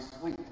sweet